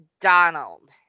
Donald